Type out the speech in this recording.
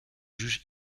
juge